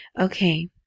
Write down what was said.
Okay